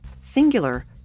singular